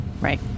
Right